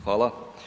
Hvala.